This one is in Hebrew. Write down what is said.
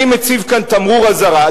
אני מציב כאן תמרור אזהרה.